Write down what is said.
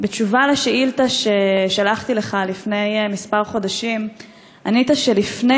בתשובה על שאילתה ששלחתי לך לפני כמה חודשים ענית שלפני